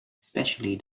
especially